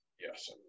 yes